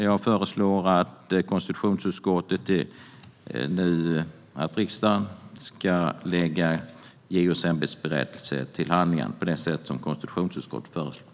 Jag föreslår att riksdagen lägger JO:s ämbetsberättelse till handlingarna på det sätt som konstitutionsutskottet föreslår.